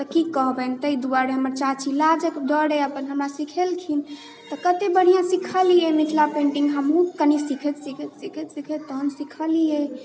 तऽ की कहबनि ताहि दुआरे हमर चाची लाजक डरे अपन हमरा सिखेलखिन तऽ कते बढ़िआँ सिखलिए मिथिला पेन्टिङ्ग हमहूँ कनी सिखैत सिखैत सिखैत सिखैत तहन सिखलिए